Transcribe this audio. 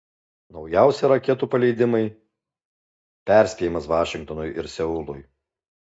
naujausi raketų paleidimai perspėjimas vašingtonui ir seului